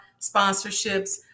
sponsorships